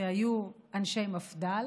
שהיו אנשי מפד"ל,